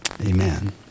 Amen